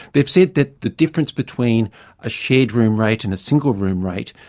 they've said that the difference between a shared room rate and a single room rate,